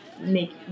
make